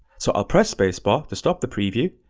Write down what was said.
so i'll press space bar to stop the preview,